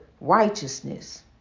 righteousness